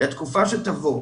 לתקופה שתבוא,